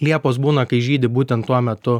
liepos būna kai žydi būten tuo metu